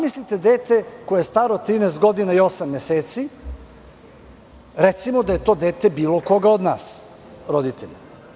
Zamislite dete koje je staro 13 godina i osam meseci, recimo da je to dete bilo koga od nas roditelja.